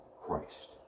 Christ